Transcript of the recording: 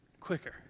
quicker